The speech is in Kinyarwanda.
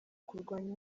kurwanya